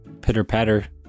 Pitter-patter